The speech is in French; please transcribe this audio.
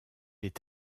est